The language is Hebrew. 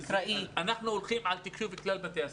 אנחנו הולכים על תקשוב בכלל בתי הספר.